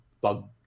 bug